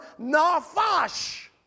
nafash